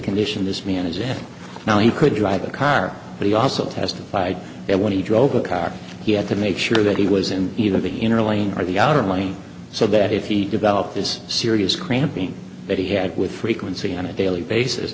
condition this man is in now he could drive a car but he also testified that when he drove a car he had to make sure that he was in either the inner lane or the outer money so that if he developed this serious cramping that he had with frequency on a daily basis